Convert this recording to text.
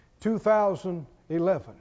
2011